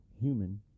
human